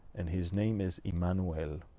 and his name is immanuel.